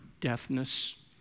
deafness